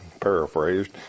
paraphrased